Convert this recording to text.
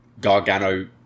Gargano